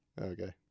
Okay